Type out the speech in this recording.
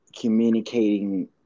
communicating